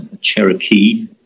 Cherokee